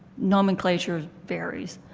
nomenclature varies.